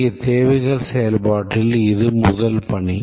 இங்கே தேவைகள் செயல்பாட்டில் இது முதல் பணி